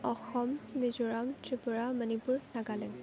Assam Mizoram Tripura Manipur Nagaland